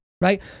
right